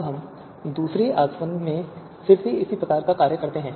अब हम दूसरी आसवन में फिर से इसी प्रकार का कार्य करते हैं